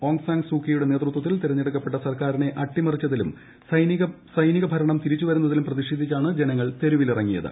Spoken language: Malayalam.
ആംഗ് സാൻ സൂകിയുടെ നേതൃത്വത്തിൽ തിരഞ്ഞെടുക്കപ്പെട്ട സർക്കാരിനെ അട്ടിമറച്ചതിലും സൈനിക ഭരണം തിരിച്ചുവരുന്നതിലും പ്രതിഷേധിച്ചാണ് ജനങ്ങൾ തെരുവിലിറങ്ങിയത്